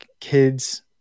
kids